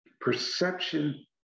Perception